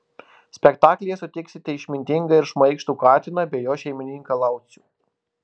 spektaklyje sutiksite išmintingą ir šmaikštų katiną bei jo šeimininką laucių